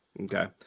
Okay